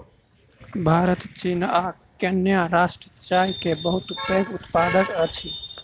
भारत चीन आ केन्या राष्ट्र चाय के बहुत पैघ उत्पादक अछि